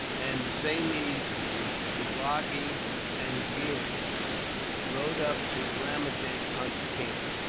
and the same evening tulagi angria rode up to ramajee punt's camp.